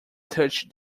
touched